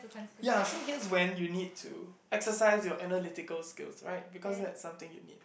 ya so here when you need to exercise your analytical skill right because that is something you need